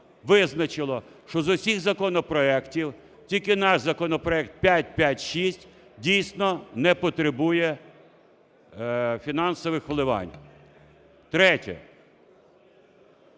визначило, що з усіх законопроектів тільки наш законопроект 556 дійсно не потребує фінансових вливань. Третє.